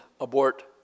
abort